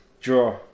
Draw